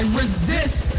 resist